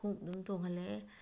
ꯈꯣꯡꯎꯞ ꯑꯗꯨꯝ ꯇꯣꯡꯍꯜꯂꯛꯑꯦ